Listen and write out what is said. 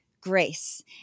grace